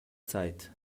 zeit